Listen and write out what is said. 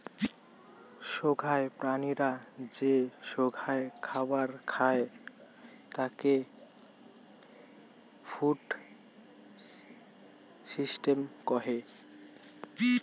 সোগায় প্রাণীরা যে সোগায় খাবার খাই তাকে ফুড সিস্টেম কহে